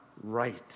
right